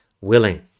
willing